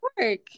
work